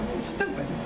Stupid